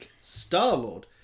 Star-Lord